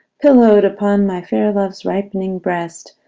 pillow'd upon my fair love's ripening breast,